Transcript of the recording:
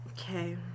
Okay